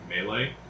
melee